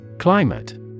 Climate